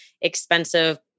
expensive